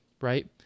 right